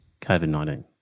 COVID-19